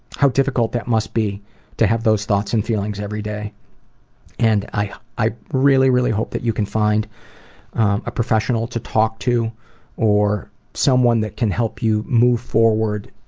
how difficult that must be to have those thoughts and feelings every day and i i really, really hope that you can find a professional to talk to or someone that can help you move forward,